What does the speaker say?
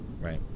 right